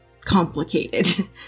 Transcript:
complicated